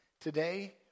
today